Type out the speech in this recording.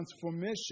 transformation